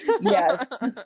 Yes